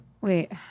wait